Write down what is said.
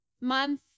month